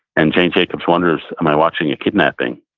and jane jacobs wonders, am i watching a kidnapping?